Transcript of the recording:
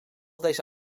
deze